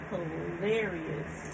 Hilarious